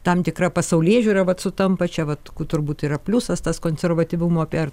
tam tikra pasaulėžiūra vat sutampa čia vat turbūt yra pliusas tas konservatyvumo per